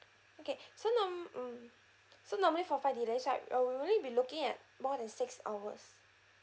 okay so nor~ mm so normally for flight delays right uh we'll only be looking at more than six hours